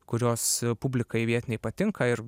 kurios publikai vietinei patinka ir